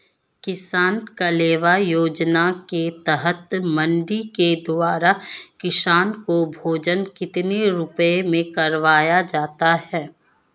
किसान कलेवा योजना के तहत मंडी के द्वारा किसान को भोजन कितने रुपए में करवाया जाता है?